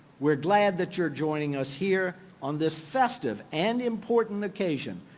we're glad that you're joining us here on this festive and important occasion,